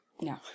No